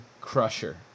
crusher